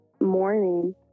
morning